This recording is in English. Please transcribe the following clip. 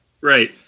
Right